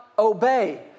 obey